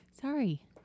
sorry